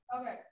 Okay